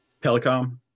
telecom